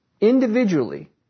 individually